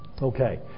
Okay